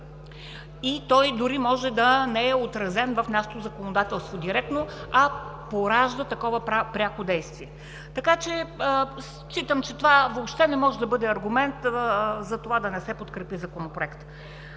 и той дори може да не е отразен в нашето законодателство директно, а поражда такова пряко действие. Считам, че това въобще не може да бъде аргумент за това да не се подкрепи Законопроекта.